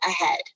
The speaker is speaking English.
ahead